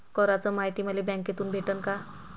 कराच मायती मले बँकेतून भेटन का?